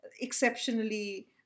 exceptionally